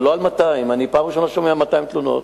אבל לא על 200. אני פעם ראשונה שומע: 200 תלונות.